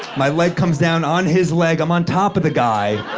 my leg comes down on his leg. i'm on top of the guy.